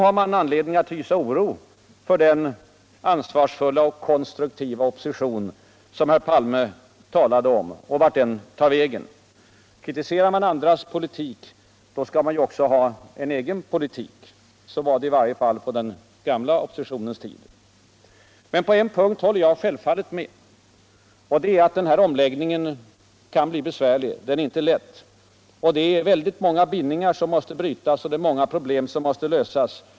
har vi anledning att hysa oro för vart den ansvarsfulla och konstruktiva opposition som herr Palme talade om tar vägen. Kritiserar man andras politik, skall man också ha en egen politik — så var det i varje fall på den gamla oppositionens tid. Men på en punkt håller jag självfaltet med herr Palme. Den här omläggningen kan bli besvärlig — den är inte lätt. Det är mänga bindningar som måste brytas och många problem som måste lösas.